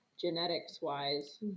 genetics-wise